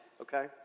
okay